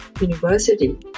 University